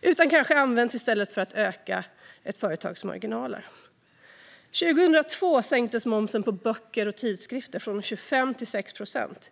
utan den används kanske i stället för att öka ett företags marginaler. År 2002 sänktes momsen på böcker och tidskrifter från 25 till 6 procent.